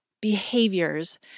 behaviors